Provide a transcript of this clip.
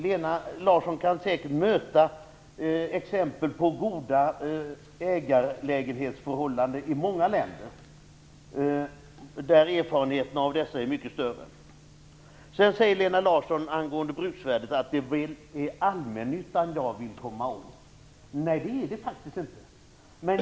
Lena Larsson kan säkert möta exempel på goda ägarlägenhetsförhållanden i många länder, där erfarenheterna av dessa är mycket större. Angående bruksvärdet säger Lena Larsson att det är allmännyttan jag vill komma åt. Nej, det är det faktiskt inte.